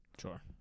Sure